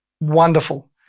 wonderful